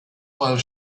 while